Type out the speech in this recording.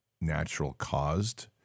natural-caused